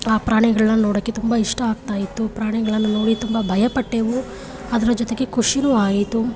ಆ ಪ್ರಾಣಿಗಳನ್ನ ನೋಡೋಕೆ ತುಂಬ ಇಷ್ಟ ಆಗ್ತಾಯಿತ್ತು ಪ್ರಾಣಿಗಳನ್ನು ನೋಡಿ ತುಂಬ ಭಯಪಟ್ಟೆವು ಅದರ ಜೊತೆಗೆ ಖುಷಿಯೂ ಆಯಿತು